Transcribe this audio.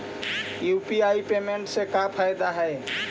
UPI payment से का फायदा है?